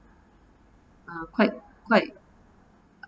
uh quite quite